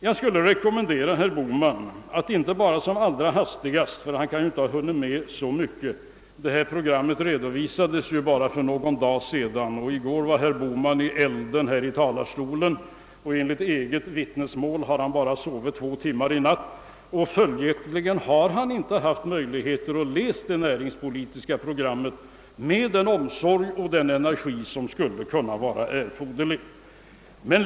Jag skulle vilja rekommendera herr Bohman att inte bara som allra hastigast titta på det näringspolitiska programmet utan att sätta sig in i det litet mera noggrant — herr Bohman kan ju inte ha hunnit studera det så väl, eftersom det redovisades för bara någon dag sedan och eftersom herr Bohman under gårdagens plenum var i elden här i talarstolen och enligt eget vittnesmål bara har sovit två timmar i natt. Herr Bohman kan följaktligen inte ha haft möjlighet att läsa det näringspolitiska programmet med den omsorg och den energi som hade varit erforderlig.